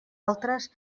altres